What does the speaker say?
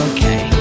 Okay